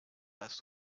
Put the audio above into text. last